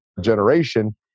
generation